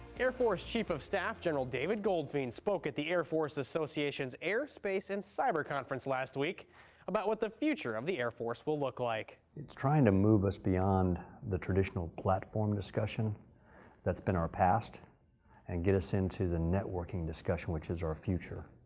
air force chief of staff, general david goldfein spoke at the air force associations air, space and cyber conference last week about what the future of the air force will look like. its trying to move us beyond the traditional platform discussion that's been our past and get us into the networking discussion which is our future.